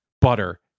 butter